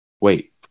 wait